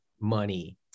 money